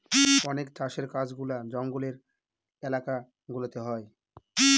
অনেক চাষের কাজগুলা জঙ্গলের এলাকা গুলাতে হয়